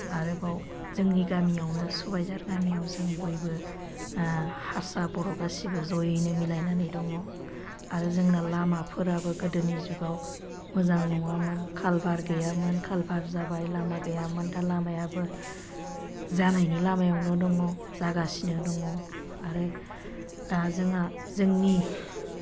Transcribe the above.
आरोबाव जोंनि गामियावनो सबायझार गामियाव जों बयबो हारसा बर' गासैबो ज'यैनो मिलायनानै दङ आरो जोंना लामाफोराबो गोदोनि जुगाव मोजां नङामोन कालभार गैयामोन कालभार जाबाय लामा गैयामोन दा लामायाबो जानायनि लामायावनो दङ जागासिनो दङ आरो दा जोंहा जोंनि